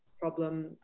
problem